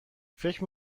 فکر